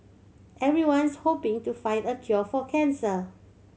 everyone's hoping to find the cure for cancer